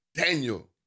Daniel